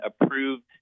approved